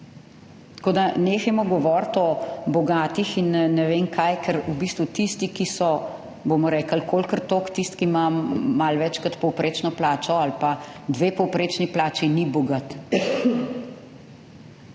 Tako da nehajmo govoriti o bogatih in ne vem kaj, ker v bistvu tisti, ki so, bomo rekli, kolikor toliko tisti, ki ima malo več kot povprečno plačo ali pa dve povprečni plači, ni bogat.